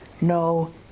no